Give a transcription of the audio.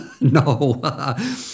No